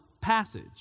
passage